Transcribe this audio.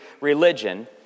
religion